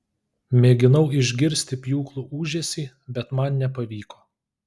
mėginau išgirsti pjūklų ūžesį bet man nepavyko